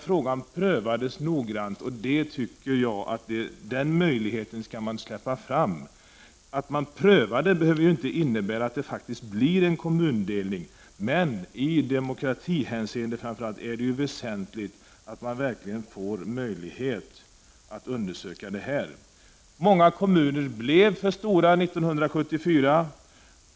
Frågan prövades dock noggrant, och den möjligheten tycker jag att man skall släppa fram. Att man gör en prövning behöver ju inte innebära att det faktiskt blir en kommundelning. Men i framför allt demokratihänseende är det väsentligt att man verkligen får möjlighet att undersöka det. Många kommuner blev för stora 1974.